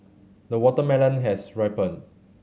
the watermelon has ripened